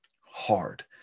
hard